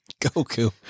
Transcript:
Goku